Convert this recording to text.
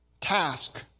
task